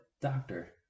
doctor